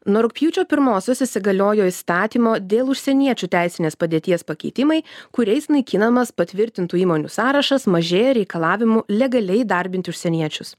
nuo rugpjūčio pirmosios įsigaliojo įstatymo dėl užsieniečių teisinės padėties pakeitimai kuriais naikinamas patvirtintų įmonių sąrašas mažėja reikalavimų legaliai įdarbinti užsieniečius